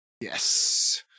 Yes